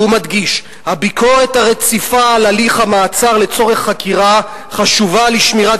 והוא מדגיש: "הביקורת הרציפה על הליך המעצר לצורך חקירה חשובה לשמירת